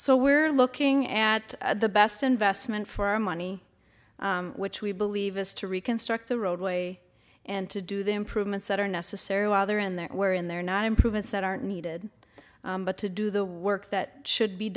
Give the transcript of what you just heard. so we're looking at the best investment for our money which we believe is to reconstruct the roadway and to do the improvements that are necessary while they're in there wherein they're not improvements that are needed but to do the work that should be